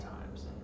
times